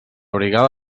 brigada